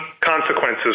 consequences